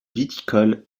viticole